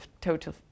total